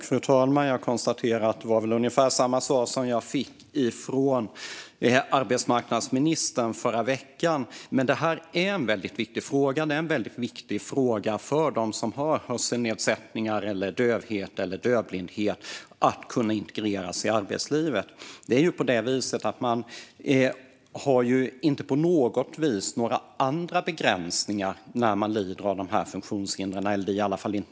Fru talman! Jag konstaterar att detta var ungefär samma svar som jag fick från arbetsmarknadsministern i förra veckan. Det här är dock en väldigt viktig fråga för att människor med hörselnedsättning, dövhet eller dövblindhet ska kunna integreras i arbetslivet. Man har ju inte på något vis - eller i alla fall inte nödvändigtvis - några andra begränsningar när man lider av dessa funktionshinder.